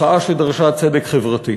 מחאה שדרשה צדק חברתי.